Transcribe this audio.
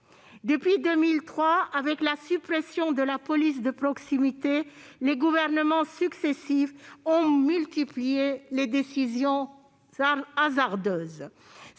Depuis 2003 et la suppression de la police de proximité, les gouvernements successifs ont multiplié les décisions hasardeuses.